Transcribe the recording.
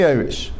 Irish